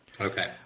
Okay